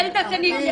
הילד הזה,